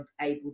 able